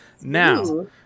Now